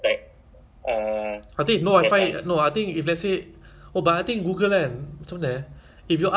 something basic ah like uh what time is it maybe dia tahu ah kalau tanya something like um